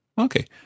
Okay